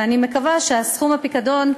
ואני מקווה שסכום הפיקדון,